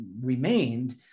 remained